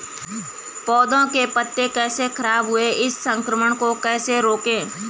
पौधों के पत्ते कैसे खराब हुए हैं इस संक्रमण को कैसे रोकें?